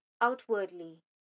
outwardly